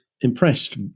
impressed